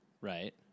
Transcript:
Right